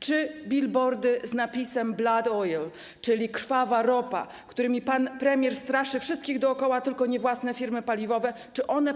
Czy billboardy z napisem ˝Blood oil˝, czyli ˝Krwawa ropa˝, którymi pan premier straszy wszystkich dookoła, tylko nie własne firmy paliwowe,